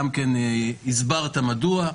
גם כן הסברת מדוע,